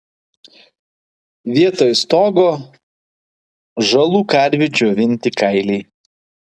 vietoj stogo žalų karvių džiovinti kailiai